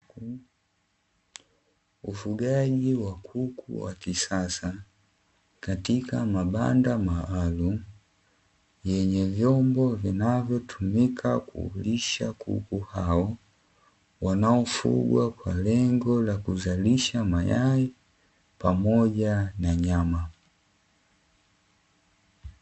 Ufugaji wa kuku wa kisasa katika mabanda maalumu yenye vyombo vinavyo tumika kulisha kuku hao, wanaofugwa kwa lengo la kuzalisha mayai pamoja na nyama.